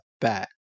bat